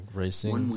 racing